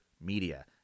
media